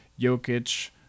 Jokic